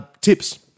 Tips